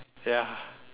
ya